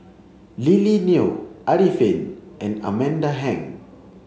Lily Neo Arifin and Amanda Heng